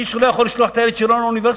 מי שלא יכול לשלוח את הילד שלו לאוניברסיטה,